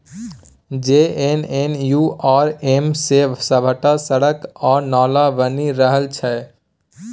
JNNURM सँ सभटा सड़क आ नाला बनि रहल छै